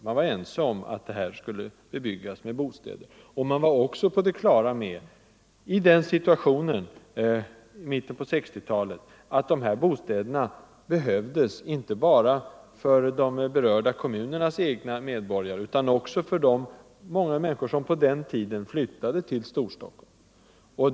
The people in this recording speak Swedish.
Man var ense om att fältet skulle bebyggas med bostadshus, och man var också på det klara med — i den situationen, alltså i mitten av 1960-talet — att bostäderna behövdes inte bara för de berörda kommunernas egna medborgare, utan också för de många människor som på den tiden flyttade in till Storstockholm.